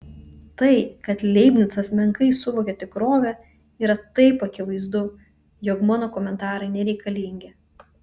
tai kad leibnicas menkai suvokia tikrovę yra taip akivaizdu jog mano komentarai nereikalingi